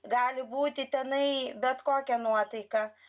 gali būti tenai bet kokia nuotaika